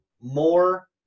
more